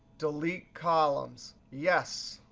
delete columns, yes.